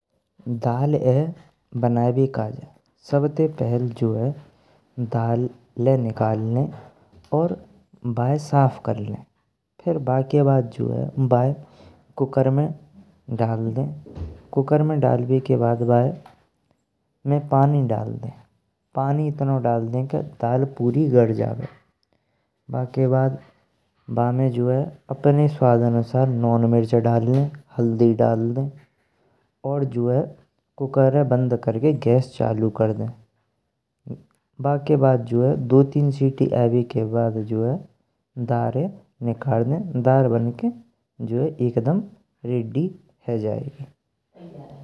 दाले बनाएवे काज सबते पहेल जो है दाले निकाल लें अउर बाये साफ कर लें। फिर बाके बाद जो है बाये कुकर में डाल देईं कुकर में दरवे के बाद बामे पानी डाल देईं पानी इतनो डाल दे कि दाल पुरी गर जाबे। बाके बाद अपने स्वाद अनुसार नोन मिर्च डाल देईं हल्दी डाल देईं अउर कुकराय बंद करकेँ गैसे चालू कर देईं। बाके बाद जो है दो तीन आयेवे के बाद जो है दारे निकाल लें दार बैंकें एकदम रेडी है जायेगी।